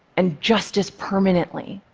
and just as permanently.